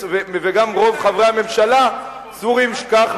וגם רוב חברי הממשלה סבורים כך,